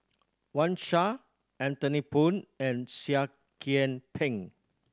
Wang Sha Anthony Poon and Seah Kian Peng